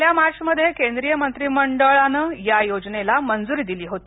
गेल्या मार्चमध्ये केंद्रीय मंत्रीमंडळानंया योजनेला मंजुरी दिली होती